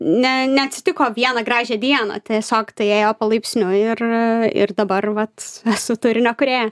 ne neatsitiko vieną gražią dieną tiesiog tai ėjo palaipsniui ir ir dabar vat esu turinio kūrėja